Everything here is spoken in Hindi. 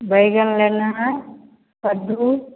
बैंगन लेना है कद्दू